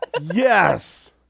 Yes